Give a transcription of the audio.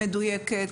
מדויקת מאוד.